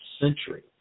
century